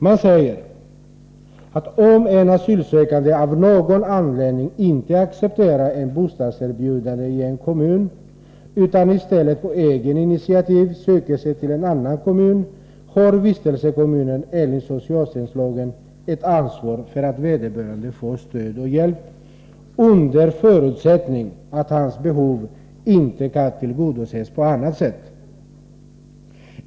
Man säger att om en asylsökande av någon anledning inte accepterar ett bostadserbjudande i en kommun utan i stället på eget initiativ söker sig till en annan kommun har vistelsekommunen enligt socialtjänstlagen ett ansvar för att vederbörande får stöd och hjälp, under förutsättning att hans behov inte kan tillgodoses på annat sätt.